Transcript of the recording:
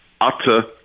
utter